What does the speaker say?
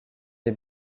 les